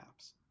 apps